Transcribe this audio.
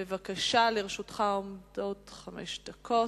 בבקשה, לרשותך עומדות חמש דקות.